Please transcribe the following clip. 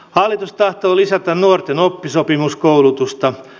hallitus tahtoo lisätä nuorten oppisopimuskoulutusta